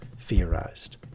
theorized